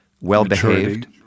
well-behaved